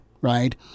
right